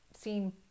seen